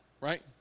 Right